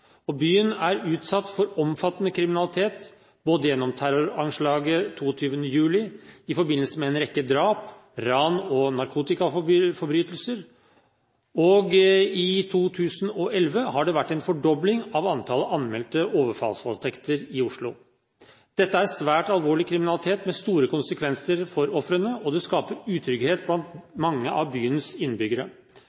landet. Byen er utsatt for omfattende kriminalitet, både gjennom terroranslaget 22. juli og i forbindelse med en rekke drap, ran og narkotikaforbrytelser. I 2011 har det vært en fordobling av antallet anmeldte overfallsvoldtekter i Oslo. Dette er svært alvorlig kriminalitet, med store konsekvenser for ofrene, og det skaper utrygghet blant